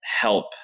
help